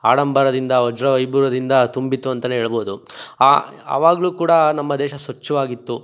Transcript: ಆಡಂಬರದಿಂದ ವಜ್ರ ವೈಭವದಿಂದ ತುಂಬಿತ್ತು ಅಂತ ಹೇಳ್ಬೋದು ಆ ಅವಾಗ್ಲೂ ಕೂಡಾ ನಮ್ಮ ದೇಶ ಸ್ವಚ್ವಾಗಿತ್ತು